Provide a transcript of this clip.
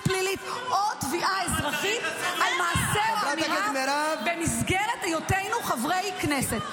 פלילית או תביעה אזרחית על מעשה או אמירה במסגרת היותנו חברי כנסת.